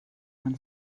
when